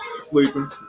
Sleeping